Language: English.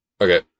Okay